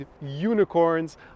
unicorns